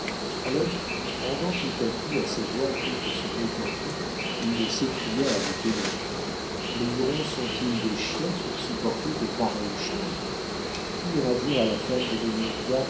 alors rendant tout à coup à sa voix toute son étendue il s'écria avec énergie les hurons sont-ils des chiens pour supporter de pareilles choses qui ira dire à la femme de